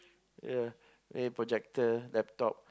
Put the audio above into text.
ya maybe projector laptop